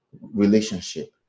relationship